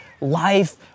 life